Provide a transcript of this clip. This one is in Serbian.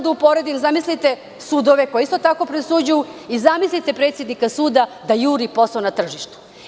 Zamislite sudove koji isto tako presuđuju i zamislite predsednika suda da juri posao na tržištu.